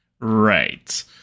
Right